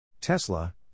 Tesla